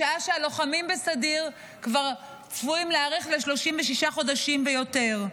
בשעה שהלוחמים בסדיר כבר צפויים להיערך ל-36 חודשים ויותר,